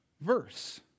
verse